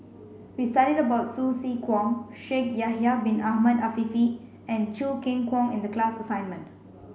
we studied about Hsu Tse Kwang Shaikh Yahya bin Ahmed Afifi and Choo Keng Kwang in the class assignment